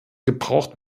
gebraucht